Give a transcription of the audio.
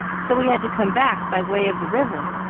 so we had to come back by way of the river,